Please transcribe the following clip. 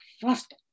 first